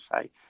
say